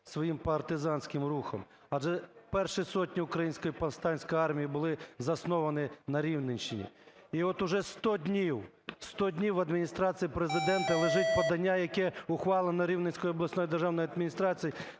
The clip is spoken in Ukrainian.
своїм партизанським рухом. Адже перші сотні Української повстанської армії були засновані на Рівненщині. І от вже 100 днів, 100 днів в Адміністрації Президента лежить подання, яке ухвалено Рівненською обласною державною адміністрацією,